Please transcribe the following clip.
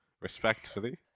respectfully